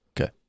Okay